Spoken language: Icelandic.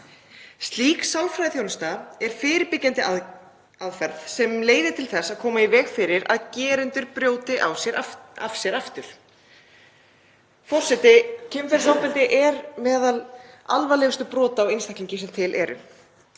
Slík sálfræðiþjónusta er fyrirbyggjandi aðferð til þess að koma í veg fyrir að gerendur brjóti af sér aftur. Forseti. Kynferðisofbeldi er meðal alvarlegustu brota á einstaklingi sem til eru.